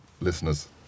listeners